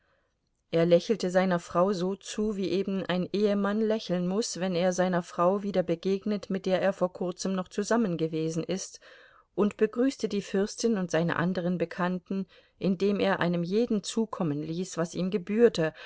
er lächelte seiner frau so zu wie eben ein ehemann lächeln muß wenn er seiner frau wieder begegnet mit der er vor kurzem noch zusammengewesen ist und begrüßte die fürstin und seine anderen bekannten indem er einem jeden zukommen ließ was ihm gebührte